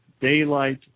daylight